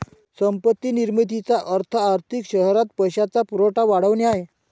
संपत्ती निर्मितीचा अर्थ आर्थिक शरीरात पैशाचा पुरवठा वाढवणे आहे